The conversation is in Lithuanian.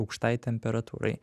aukštai temperatūrai